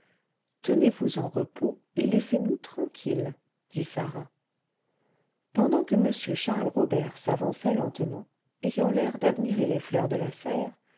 tenez-vous en repos et laissez-nous tranquilles dit sarah pendant que m charles robert s'avançait lentement ayant l'air d'admirer les fleurs de la serre